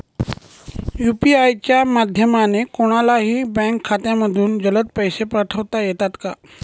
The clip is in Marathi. यू.पी.आय च्या माध्यमाने कोणलाही बँक खात्यामधून जलद पैसे पाठवता येतात का?